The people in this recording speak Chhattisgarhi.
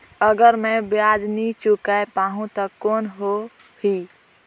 अगर मै ब्याज नी चुकाय पाहुं ता कौन हो ही?